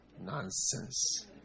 Nonsense